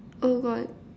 oh god